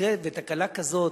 מקרה ותקלה כזאת